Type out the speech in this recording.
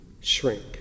shrink